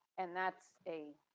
and that's a